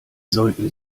sollten